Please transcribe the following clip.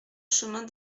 chemin